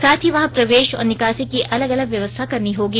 साथ ही वहां प्रवेश और निकासी की अलग अलग व्यवस्था करनी होगी